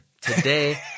today